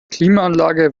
klimaanlage